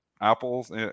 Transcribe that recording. Apple's